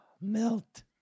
melt